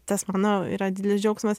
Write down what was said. tas mano yra didelis džiaugsmas